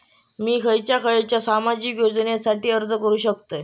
मी खयच्या खयच्या सामाजिक योजनेसाठी अर्ज करू शकतय?